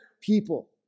people